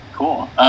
Cool